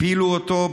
הפילו אותו,